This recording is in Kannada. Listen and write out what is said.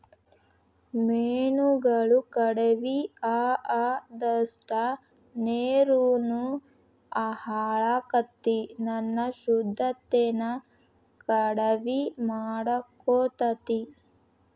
ಮೇನುಗಳು ಕಡಮಿ ಅಅದಷ್ಟ ನೇರುನು ಹಾಳಕ್ಕತಿ ತನ್ನ ಶುದ್ದತೆನ ಕಡಮಿ ಮಾಡಕೊತತಿ